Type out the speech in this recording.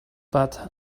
but